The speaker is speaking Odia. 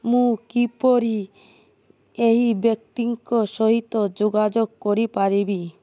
ମୁଁ କିପରି ଏହି ବ୍ୟକ୍ତିଙ୍କ ସହିତ ଯୋଗାଯୋଗ କରିପାରିବି